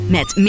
Met